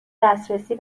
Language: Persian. دسترسی